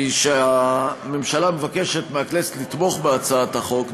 הממשלה מבקשת מהכנסת לתמוך בהצעת החוק,